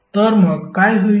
तर मग काय होईल